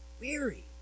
weary